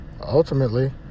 ultimately